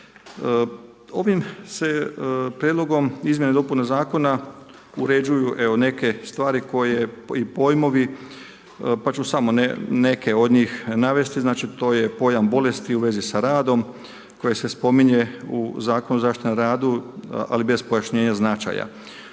Ovim se Prijedlogom izmjena i dopuna zakona uređuje evo neke stvari koje i pojmovi pa ću samo neke od njih navesti, znači to je pojam bolesti u vezi sa radom, koji se spominje u Zakonu o zaštiti na radu, ali bez pojašnjenja značaja.